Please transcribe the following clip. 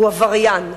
הוא עבריין,